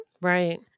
Right